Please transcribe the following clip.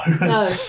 No